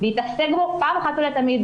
להתעסק בו פעם אחת ולתמיד,